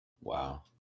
wow